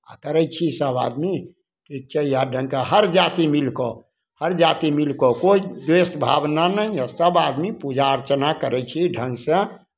करै छी सभ आदमी हर जाति मिलि कऽ हर जाति मिलि कऽ कोइ द्वेष भावना नहि यए सभ आदमी पूजा अर्चना करै छी ढङ्गसँ